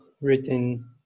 written